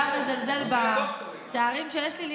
אתה מזלזל בתארים שלי?